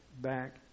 back